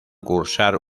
cursar